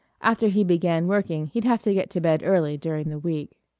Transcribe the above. after he began working he'd have to get to bed early during the week.